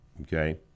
Okay